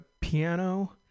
piano